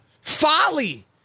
folly